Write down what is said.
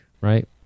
right